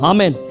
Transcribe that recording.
Amen